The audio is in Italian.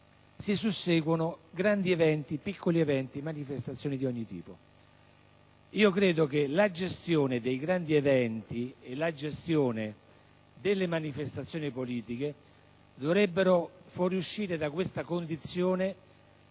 di Roma, grandi e piccoli eventi e manifestazioni di ogni tipo. Credo che la gestione dei grandi eventi e delle manifestazioni politiche dovrebbero fuoriuscire da questa condizione